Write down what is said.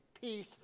peace